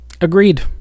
Agreed